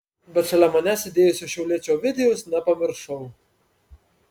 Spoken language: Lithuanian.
bet šalia manęs sėdėjusio šiauliečio ovidijaus nepamiršau